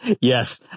Yes